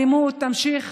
האלימות תמשיך